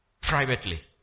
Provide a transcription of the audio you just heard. privately